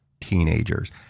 teenagers